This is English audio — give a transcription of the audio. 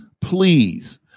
please